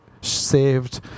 Saved